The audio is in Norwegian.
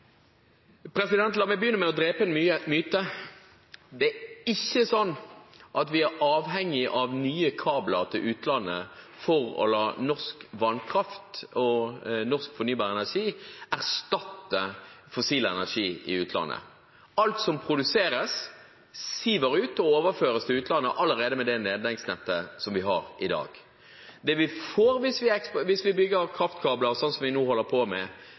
er ikke sånn at vi er avhengig av nye kabler til utlandet for å la norsk vannkraft og norsk fornybar energi erstatte fossil energi i utlandet. Alt som produseres, siver ut og overføres til utlandet allerede med det ledningsnettet som vi har i dag. Det vi får hvis vi bygger kraftkabler, sånn som vi nå holder på med,